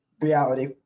Reality